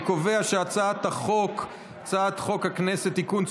אני קובע שהצעת חוק הכנסת (תיקון,